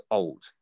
old